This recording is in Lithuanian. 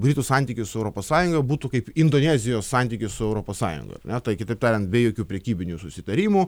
britų santykis su europos sąjunga būtų kaip indonezijos santykis su europos sąjunga ane tai kitaip tariant be jokių prekybinių susitarimų